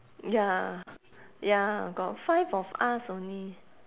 ya ya got five of us only